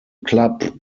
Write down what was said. club